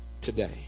today